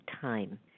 time